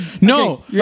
No